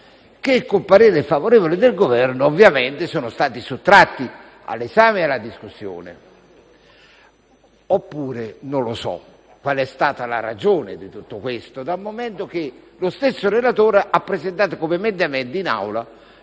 che, con parere favorevole del Governo, sono stati sottratti all'esame e alla discussione. Non so quale sia stata la ragione di tutto questo, dal momento che lo stesso relatore ha presentato in Aula